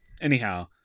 Anyhow